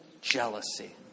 jealousy